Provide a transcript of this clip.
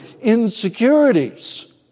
insecurities